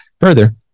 further